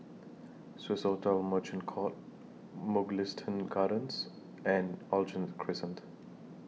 Swissotel Merchant Court Mugliston Gardens and Aljunied Crescent